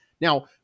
Now